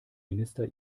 minister